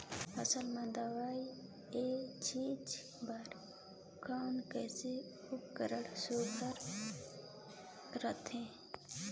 फसल म दव ई छीचे बर कोन कस उपकरण सुघ्घर रथे?